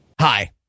Hi